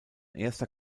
erster